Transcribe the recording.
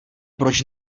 proč